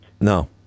No